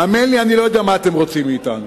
האמן לי שאני לא יודע מה אתם רוצים מאתנו.